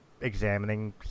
examining